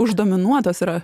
už dominuotas yra